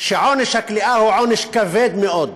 שעונש הכליאה הוא עונש כבד מאוד,